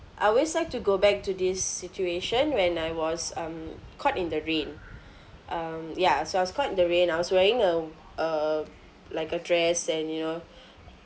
I always like to go back to this situation when I was um caught in the rain um ya so I was caught the rain I was wearing uh a like a dress and you know